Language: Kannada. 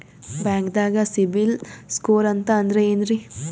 ಬ್ಯಾಂಕ್ದಾಗ ಸಿಬಿಲ್ ಸ್ಕೋರ್ ಅಂತ ಅಂದ್ರೆ ಏನ್ರೀ?